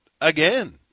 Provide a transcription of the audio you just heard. again